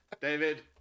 David